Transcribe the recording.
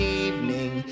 evening